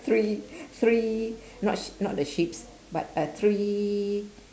three three not sh~ not the sheeps but uh three